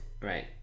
Right